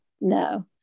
no